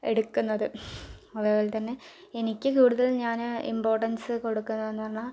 എടുക്കുന്നത് അതുപോലെ തന്നെ എനിക്ക് കൂടുതലും ഞാൻ ഇമ്പോർട്ടൻസ് കൊടുക്കുന്നത് എന്നു പറഞ്ഞാൽ